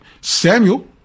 Samuel